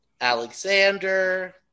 Alexander